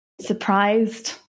surprised